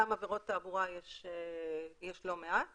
גם עבירות תעבורה יש לא מעט